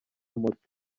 moto